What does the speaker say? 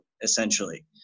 essentially